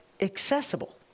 accessible